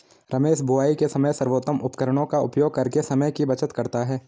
रमेश बुवाई के समय सर्वोत्तम उपकरणों का उपयोग करके समय की बचत करता है